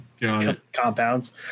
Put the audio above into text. compounds